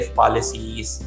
policies